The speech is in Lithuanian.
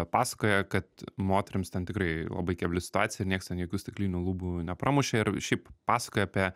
pasakoja kad moterims ten tikrai labai kebli situacija ir nieks ten jokių stiklinių lubų nepramušė ir šiaip pasakoja apie